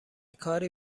کاری